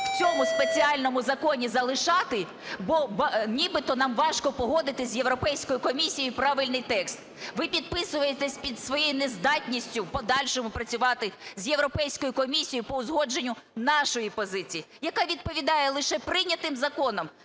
в цьому спеціальному законі залишати, бо нібито нам важко погодити з Європейською комісією правильний текст. Ви підписуєтесь під своєю нездатністю в подальшому працювати з Європейською комісією по узгодженню нашої позиції, яка відповідає лише прийнятим законам,